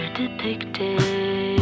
depicted